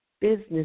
business